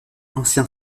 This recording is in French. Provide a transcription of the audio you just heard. ancien